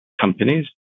companies